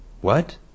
What